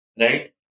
right